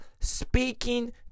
speaking